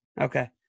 Okay